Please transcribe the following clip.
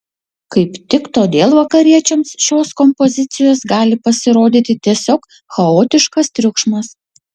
kaip tik todėl vakariečiams šios kompozicijos gali pasirodyti tiesiog chaotiškas triukšmas